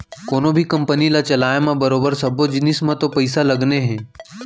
कोनों भी कंपनी ल चलाय म बरोबर सब्बो जिनिस म तो पइसा लगने हे